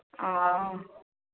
ହଉ